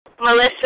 Melissa